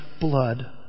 blood